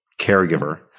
caregiver